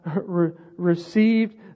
received